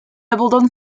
abondante